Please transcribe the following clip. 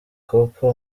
cooper